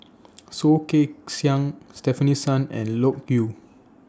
Soh Kay Siang Stefanie Sun and Loke Yew